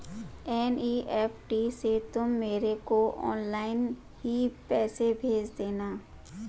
NEFT से तुम मेरे को ऑनलाइन ही पैसे भेज देना